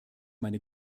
meine